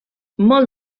molt